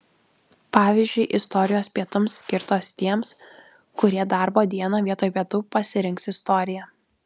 pavyzdžiui istorijos pietums skirtos tiems kurie darbo dieną vietoj pietų pasirinks istoriją